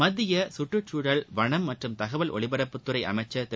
மத்திய சுற்றுச்சூழல் வனம் மற்றும் தகவல் ஒலிபரப்புத்துறை அமைச்சர் திரு